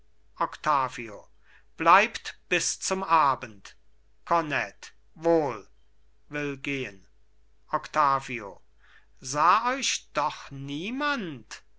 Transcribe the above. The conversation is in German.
bleibt biszum abend kornett wohl will gehen octavio sah euch doch niemand